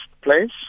place